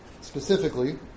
specifically